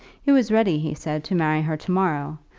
he was ready, he said, to marry her to-morrow.